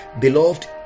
beloved